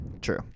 True